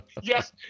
Yes